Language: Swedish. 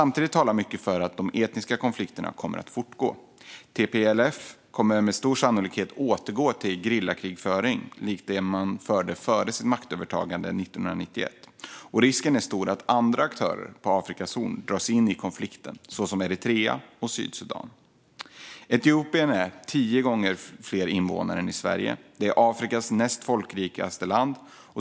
Mycket talar dock för att de etniska konflikterna kommer att fortgå. TPLF kommer med stor sannolikhet att återgå till gerillakrigföring, likt före deras maktövertagande 1991. Risken är också stor att andra aktörer på Afrikas horn, såsom Eritrea och Sydsudan, dras in i konflikten. Etiopien har tio gånger fler invånare än Sverige. Det är Afrikas näst folkrikaste land.